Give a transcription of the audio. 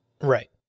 Right